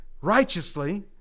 righteously